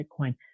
Bitcoin